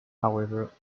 however